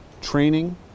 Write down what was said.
training